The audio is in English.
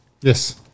Yes